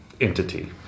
entity